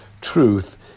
truth